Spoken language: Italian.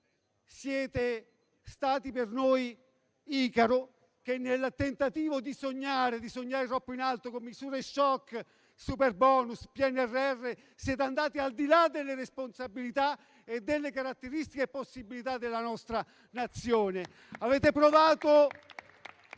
siete stati per noi Icaro, che, nel tentativo di sognare troppo in alto con misure *shock* (superbonus e PNRR), siete andati al di là delle responsabilità e delle caratteristiche possibilità della nostra Nazione.